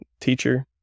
teacher